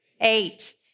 Eight